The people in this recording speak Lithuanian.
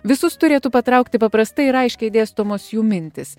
visus turėtų patraukti paprastai ir aiškiai dėstomos jų mintys